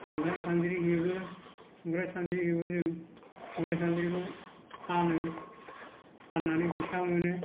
संग्राय सान्द्रि हेबो संग्राय सान्द्रि हेबो जों संग्राय सानद्रिखौ फानो फाननानै फैसा मोनो